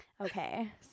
okay